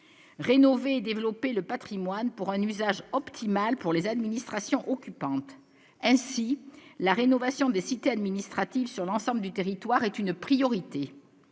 rénover et développer le Patrimoine pour un usage optimal pour les administration occupante ainsi la rénovation des cités administratives sur l'ensemble du territoire est une priorité